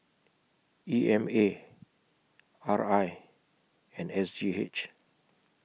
E M A R I and S G H